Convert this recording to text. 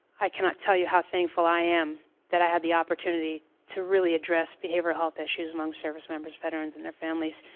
i cannot tell you how thankful i am that i had the opportunity to really address behavioral health issues among service members veterans and their families.